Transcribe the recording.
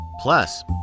Plus